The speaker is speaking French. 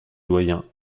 doyen